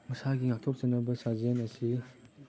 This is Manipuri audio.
ꯃꯁꯥꯒꯤ ꯉꯥꯛꯊꯣꯛꯆꯅꯕ ꯁꯥꯖꯦꯟ ꯑꯁꯤ